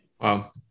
Wow